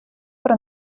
про